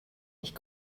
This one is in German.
ich